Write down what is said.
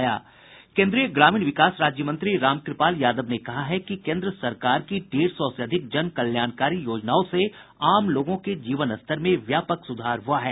केन्द्रीय ग्रामीण विकास राज्य मंत्री रामकृपाल यादव ने कहा है कि केन्द्र सरकार की डेढ़ सौ से अधिक जन कल्याणकारी योजनाओं से आम लोगों के जीवनस्तर में व्यापक सुधार हुआ है